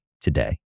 today